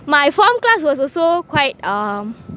my form class was also quite um